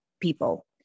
people